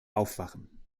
aufwachen